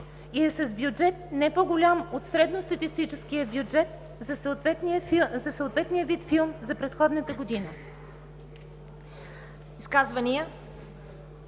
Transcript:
и е с бюджет, не по-голям от средностатистическия бюджет за съответния вид филм за предходната година.”